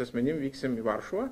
asmenim vyksim į varšuvą